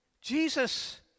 Jesus